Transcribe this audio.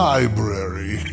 Library